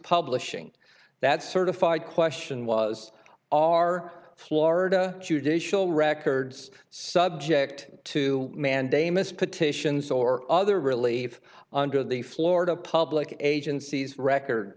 publishing that certified question was our florida judicial records subject to mandamus petitions or other really under the florida public agencies rec